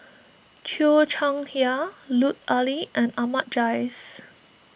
Cheo Chai Hiang Lut Ali and Ahmad Jais